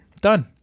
Done